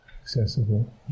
Accessible